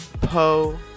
Poe